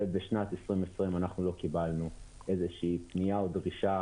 ובשנת 2020 לא קיבלנו פנייה או דרישה.